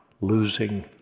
losing